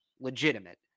legitimate